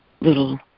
little